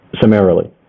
summarily